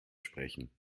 sprechen